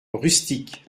rustiques